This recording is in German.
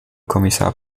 kommissar